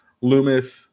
Loomis